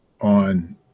on